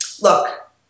look